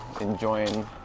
enjoying